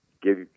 give